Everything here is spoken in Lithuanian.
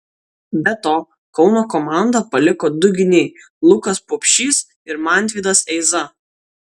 be to kauno komandą paliko du gynėjai lukas pupšys ir mantvydas eiza